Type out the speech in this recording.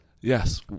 Yes